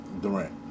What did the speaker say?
Durant